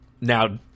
Now